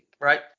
right